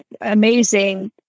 amazing